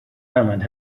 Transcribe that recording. island